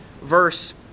verse